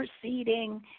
proceeding